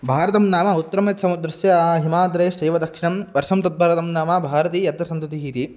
भारतं नाम उत्तरं यत् समुद्रस्य हिमाद्रेश्चैव दक्षिणं वर्षं तत् भारतं नाम भारती यत्र सन्तन्तिः इति